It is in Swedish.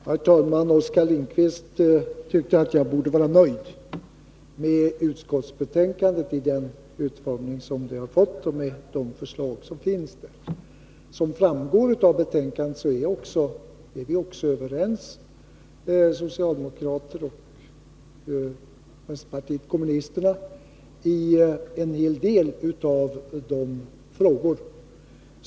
Herr talman! Oskar Lindkvist tyckte att jag borde vara nöjd med utskottsbetänkandet i den utformning som det har fått och med de förslag som där finns. Som framgår av betänkandet är socialdemokraterna och vänsterpartiet kommunisterna överens i en hel del frågor.